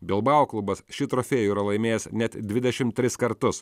bilbao klubas šį trofėjų yra laimėjęs net dvidešimt tris kartus